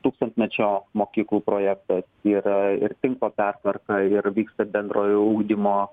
tūkstantmečio mokyklų projektas yra ir tinklo pertvarka ir vyksta bendrojo ugdymo